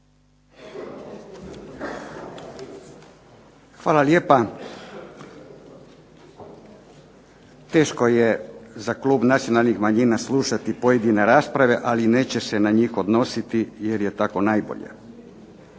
Hvala lijepa. Teško je za klub nacionalnih manjina slušati pojedine rasprave, ali neće se na njih odnositi jer je tako najbolje.